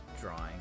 Drawing